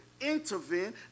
intervene